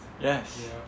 Yes